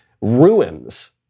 ruins